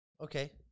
Okay